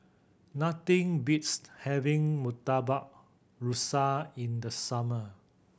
nothing beats having Murtabak Rusa in the summer